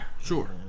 Sure